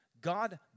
God